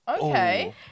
okay